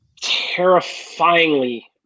terrifyingly